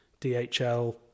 dhl